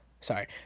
Sorry